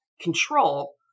control